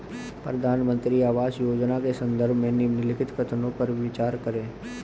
प्रधानमंत्री आवास योजना के संदर्भ में निम्नलिखित कथनों पर विचार करें?